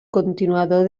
continuador